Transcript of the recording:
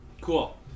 Cool